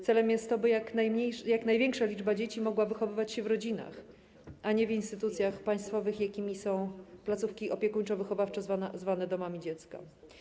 Celem jest to, by jak największa liczba dzieci mogła wychowywać się w rodzinach, a nie w instytucjach państwowych, jakimi są placówki opiekuńczo-wychowawcze zwane domami dziecka.